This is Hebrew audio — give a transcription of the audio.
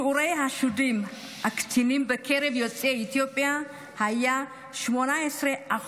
שיעורי החשודים הקטינים בקרב יוצאי אתיופיה היה 18%,